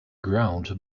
ground